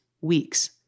weeks